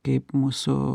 kaip mūsų